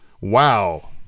Wow